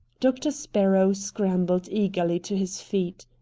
doctor sparrow scrambled eagerly to his feet.